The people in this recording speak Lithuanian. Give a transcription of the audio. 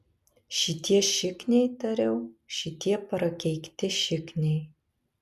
šitie šikniai tariau šitie prakeikti šikniai